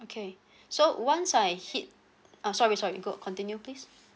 okay so once I hit oh sorry sorry go continue please